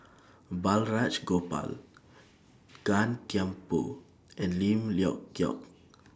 Balraj Gopal Gan Thiam Poh and Lim Leong Geok